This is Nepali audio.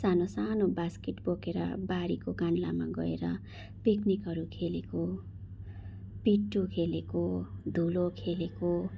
सानो सानो बास्केट बोकेर बारीको कान्लामा गएर पिकनिकहरू खेलेको पिट्टु खेलेको धुलो खेलेको